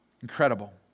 Incredible